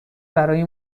برای